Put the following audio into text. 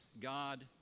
God